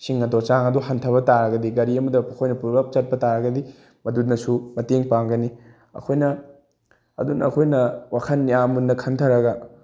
ꯁꯤꯡ ꯑꯗꯣ ꯆꯥꯡ ꯑꯗꯣ ꯍꯟꯊꯕ ꯇꯥꯔꯒꯗꯤ ꯒꯥꯔꯤ ꯑꯃꯗ ꯑꯩꯈꯣꯏꯅ ꯄꯨꯂꯞ ꯆꯠꯄ ꯇꯥꯔꯒꯗꯤ ꯃꯗꯨꯅꯁꯨ ꯃꯇꯦꯡ ꯄꯥꯡꯒꯅꯤ ꯑꯩꯈꯣꯏꯅ ꯑꯗꯨꯅ ꯑꯩꯈꯣꯏꯅ ꯋꯥꯈꯟ ꯌꯥꯝ ꯃꯨꯟꯅ ꯈꯟꯊꯔꯒ